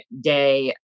day